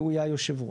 זה אינטרס מדינתי.